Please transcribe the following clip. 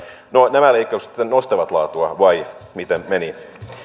nämä leikkaukset sitten nostavat laatua vai miten meni